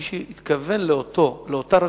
שמי שהתכוון לאותה רשות,